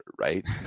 right